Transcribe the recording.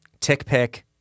TickPick